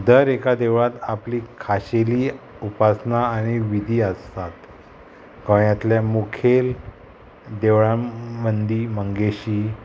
दर एका देवळांत आपली खाशेली उपासना आनी विधी आसतात गोंयांतले मुखेल देवळां मंदी मंगेशी